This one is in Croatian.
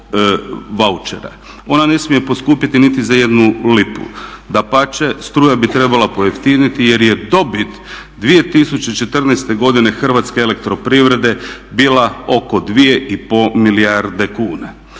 Ona ne smije poskupjeti niti za jednu lipu. Dapače struja bi trebala pojeftiniti jer je dobit 2014. godine HEP-a bila oko 2,5 milijarde kuna.